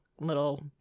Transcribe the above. little